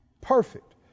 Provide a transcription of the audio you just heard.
Perfect